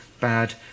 bad